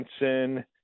Johnson